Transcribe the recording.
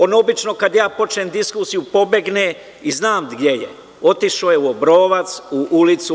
On obično, kada ja počnem diskusiju, pobegne i znam gde je, otišao je u Obrovac, u ul.